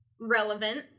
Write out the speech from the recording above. Relevant